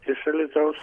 iš alytaus